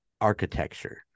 architecture